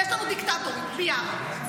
יש לנו דיקטטור, מיארה.